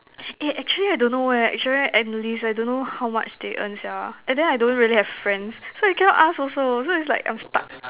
eh actually I don't know eh if should I analyst I don't know how much they earn sia and then I don't really have friends so I cannot ask also so is like I'm stuck